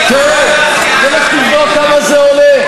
כן, תלך תבדוק כמה זה עולה.